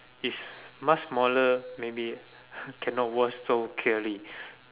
if much smaller maybe cannot watch so clearly